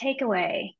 takeaway